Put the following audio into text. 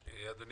לפני